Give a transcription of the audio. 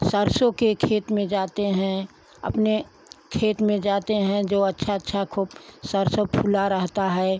सरसों के खेत में जाते हैं अपने खेत में जाते हैं जो अच्छा अच्छा खूब सरसों फुला रहता है